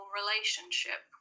relationship